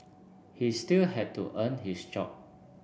he still had to earn his job